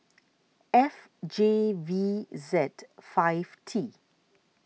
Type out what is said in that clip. F J V Z five T